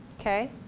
Okay